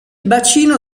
bacino